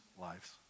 lives